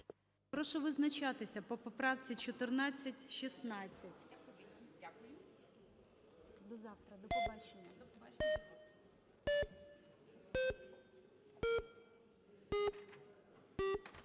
Прошу визначатися по поправці,